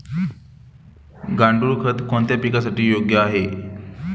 गांडूळ खत कोणत्या पिकासाठी योग्य आहे?